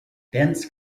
dense